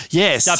yes